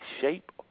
shape